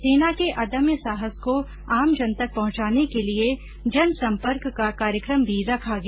सेना के अदम्य साहस को आमजन तक पहुंचाने के लिए जन सम्पर्क का कार्यक्रम भी रखा गया